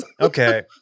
Okay